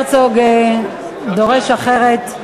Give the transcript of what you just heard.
חבר הרצוג דורש אחרת.